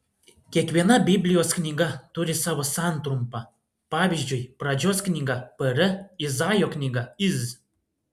kiekviena biblijos knyga turi savo santrumpą pavyzdžiui pradžios knyga pr izaijo knyga iz